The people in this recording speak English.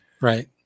Right